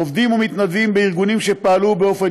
עובדים ומתנדבים בארגונים שפעלו באופן